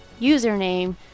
username